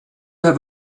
have